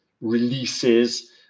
releases